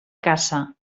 caça